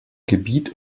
gebiet